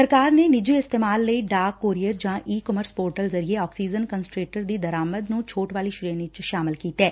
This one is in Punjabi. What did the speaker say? ਸਰਕਾਰ ਨੇ ਨਿੱਜੀ ਇਸਤੇਮਾਲ ਲਈ ਡਾਕ ਕੋਰੀਅਰ ਜਾਂ ਈ ਕਮਰਸ ਪੋਰਟਲ ਜ਼ਰੀਏ ਆਕਸੀਜਨ ਕੰਸਟਰੇਟਰ ਦੀ ਦਰਾਮਦ ਨੂੰ ਛੋਟ ਵਾਲੀ ਸ੍ਰੇਣੀ ਚ ਸ਼ਾਮਲ ਕੀਤਾ ਐ